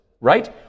Right